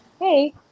Hey